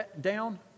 down